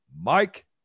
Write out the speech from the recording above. Mike